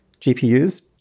GPUs